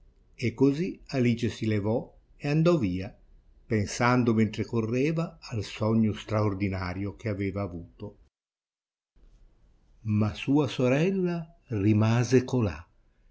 e così alice si levò e andò via pensando mentre correva al sogno straordinario che aveva avuto ma sua sorella rimase colà